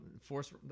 Force